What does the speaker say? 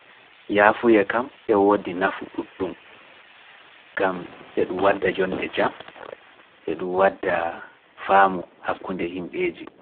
Yaafuya kam e woodi nafu ɗum, gam eɗum wadda jonde jam, eɗum wadda faamu hakkunde yimɓeeji.